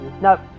no